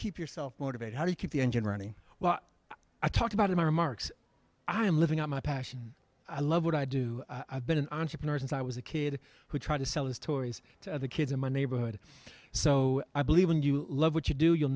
keep yourself motivated how do you keep the engine running well i talked about in my remarks i am living out my passion i love what i do i've been an entrepreneur since i was a kid who try to sell as tori's to other kids in my neighborhood so i believe in you love what you do you'll